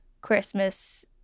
Christmas